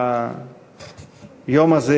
היום הזה,